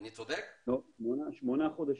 לא, 8 חודשים.